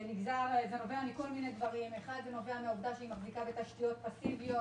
וזה נובע מהעובדה שהיא מחזיקה בתשתיות פאסיביות,